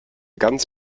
ganz